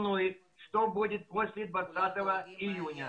התוכנית מתאימה לנפח של הדיירים שרוצים לשכן פה,